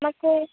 మాకు